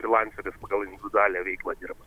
frylanceris pagal individualią veiklą dirba